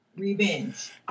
revenge